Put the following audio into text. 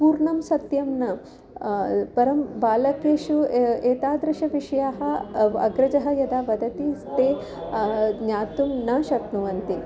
पूर्णं सत्यं न परं बालकेषु एतादृशाः विषयाः अग्रजः यदा वदति ते ज्ञातुं न शक्नुवन्ति